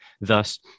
Thus